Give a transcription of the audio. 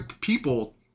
people